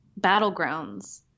battlegrounds